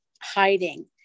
hiding